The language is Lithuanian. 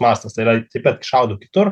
mastas tai yra taip pat šaudo kitur